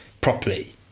properly